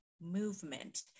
movement